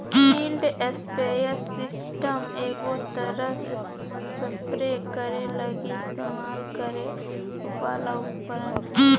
field sprayer system एगो तरह spray करे लगी इस्तेमाल करे वाला उपकरण हइ